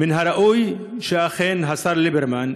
מן הראוי שאכן השר ליברמן,